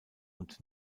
und